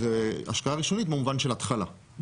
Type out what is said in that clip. והשקעה ראשונית במובן של התחלה.